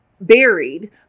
buried